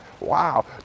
wow